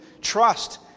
trust